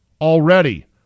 already